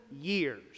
years